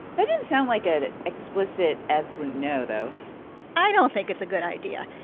that didn't sounds like an explicit, absolute no, though i don't think it's a good idea.